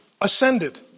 ascended